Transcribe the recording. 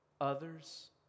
Others